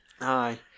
Aye